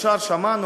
שמענו,